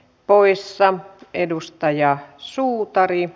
porissa on edustajia suutari